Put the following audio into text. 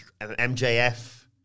MJF